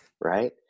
Right